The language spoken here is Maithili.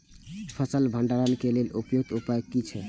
फसल भंडारण के लेल उपयुक्त उपाय कि छै?